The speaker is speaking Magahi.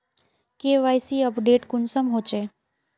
के.वाई.सी अपडेट कुंसम होचे?